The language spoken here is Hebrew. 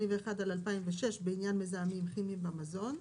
1881/2006 בעניין מזהמים כימיים במזון,